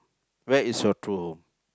where is your true home